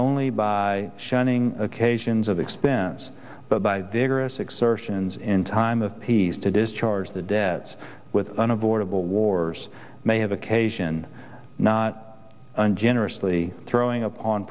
only by shunning occasions of expense but by digger a successor sions in time of peace to discharge the debts with unavoidable wars may have occasion not ungenerously throwing up on